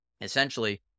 essentially